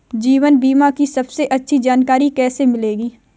जीवन बीमा की सबसे अच्छी जानकारी कैसे मिलेगी?